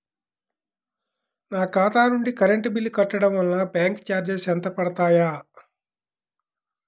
నా ఖాతా నుండి కరెంట్ బిల్ కట్టడం వలన బ్యాంకు చార్జెస్ ఎంత పడతాయా?